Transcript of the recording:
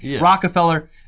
Rockefeller